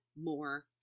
more